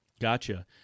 Gotcha